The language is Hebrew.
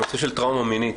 הנושא של טראומה מינית